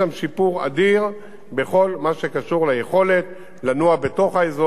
ליכולת לנוע בתוך האזור ובין האזור צפונה ודרומה.